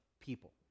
people